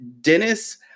Dennis